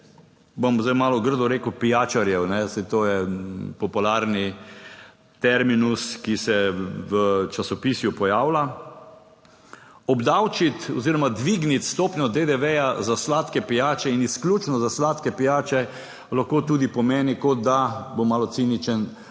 bom zdaj malo grdo rekel, pijačarjev, saj to je popularni terminus, ki se v časopisju pojavlja. Obdavčiti oziroma dvigniti stopnjo DDV za sladke pijače in izključno za sladke pijače lahko tudi pomeni, kot da bom malo ciničen,